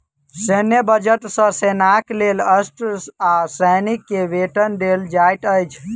सैन्य बजट सॅ सेनाक लेल अस्त्र आ सैनिक के वेतन देल जाइत अछि